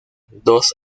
dos